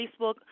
facebook